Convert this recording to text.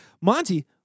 Monty